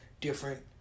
different